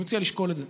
אני מציע לשקול את זה.